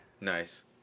Nice